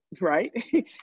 right